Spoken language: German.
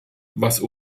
was